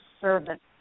servant